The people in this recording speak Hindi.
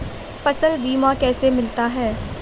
फसल बीमा कैसे मिलता है?